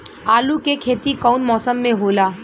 आलू के खेती कउन मौसम में होला?